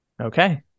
Okay